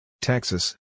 Texas